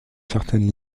certaines